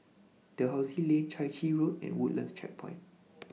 Dalhousie Lane Chai Chee Road and Woodlands Checkpoint